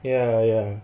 ya ya